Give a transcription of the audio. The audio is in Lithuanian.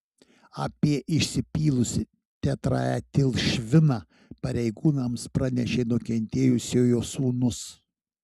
apie išsipylusį tetraetilšviną pareigūnams pranešė nukentėjusiojo sūnus